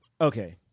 Okay